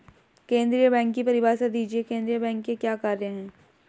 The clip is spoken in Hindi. केंद्रीय बैंक की परिभाषा दीजिए केंद्रीय बैंक के क्या कार्य हैं?